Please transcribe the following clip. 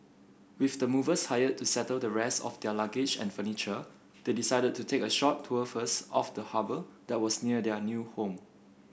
with the movers hired to settle the rest of their luggage and furniture they decided to take a short tour first of the harbour that was near their new home